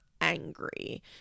angry